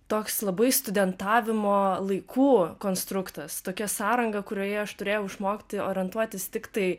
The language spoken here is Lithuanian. toks labai studentavimo laikų konstruktas tokia sąranga kurioje aš turėjau išmokti orientuotis tiktai